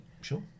sure